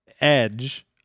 edge